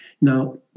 Now